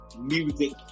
music